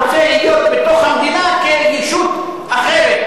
הרוצה להיות במדינה כישות אחרת,